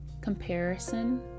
comparison